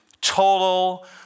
total